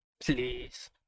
Please